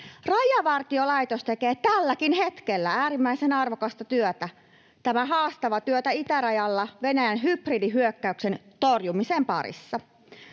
Rajavartiolaitos tekee tälläkin hetkellä äärimmäisen arvokasta työtä, haastavaa työtä itärajalla Venäjän hybridihyökkäyksen torjumisen parissa.